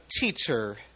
teacher